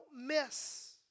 miss